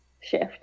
shift